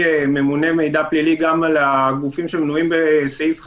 ממונה מידע פלילי גם על הגופים שמנויים בסעיף 5,